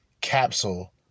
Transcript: Capsule